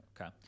Okay